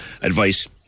advice